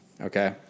okay